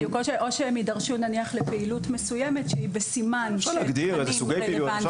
שהם יידרשו נניח לפעילות מסוימת שהיא בסימן של תכנים רלוונטיים.